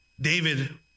David